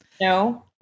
No